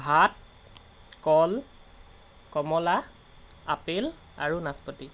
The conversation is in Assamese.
ভাত কল কমলা আপেল আৰু নাচপতি